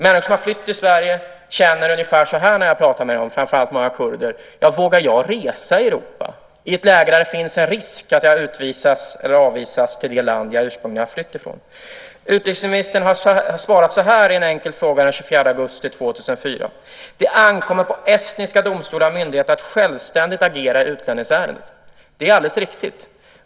Människor, framför allt många kurder, som har flytt till Sverige känner ungefär så här när jag pratar med dem: Vågar jag resa i Europa i ett läge där det finns en risk att jag utvisas eller avvisas till det land jag ursprungligen har flytt ifrån? Utrikesministern har svarat så här på en enkel fråga den 24 augusti 2004: Det ankommer på estniska domstolar och myndigheter att självständigt agera i utlänningsärenden. Det är alldeles riktigt.